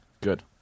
good